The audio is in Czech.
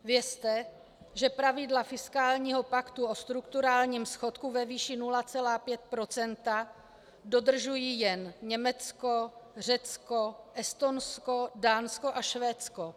Vězte, že pravidla fiskálního paktu o strukturálním schodku ve výši 0,5 % dodržují jen Německo, Řecko, Estonsko, Dánsko a Švédsko.